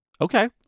Okay